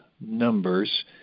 numbers